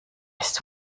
ist